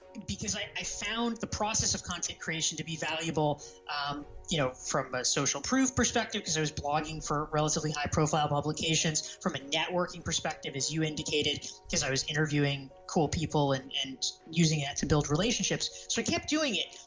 because i found the process of content creation to be valuable you know from a social proof perspective, because there's blogging for relatively high profile publications from a networking perspective as you indicated because i was interviewing cool people and and using it to build relationships, so i kept doing it,